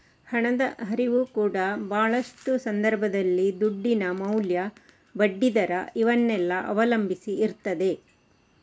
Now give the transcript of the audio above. ಹಣದ ಹರಿವು ಕೂಡಾ ಭಾಳಷ್ಟು ಸಂದರ್ಭದಲ್ಲಿ ದುಡ್ಡಿನ ಮೌಲ್ಯ, ಬಡ್ಡಿ ದರ ಇವನ್ನೆಲ್ಲ ಅವಲಂಬಿಸಿ ಇರ್ತದೆ